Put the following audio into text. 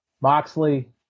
Moxley